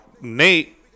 Nate